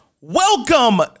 welcome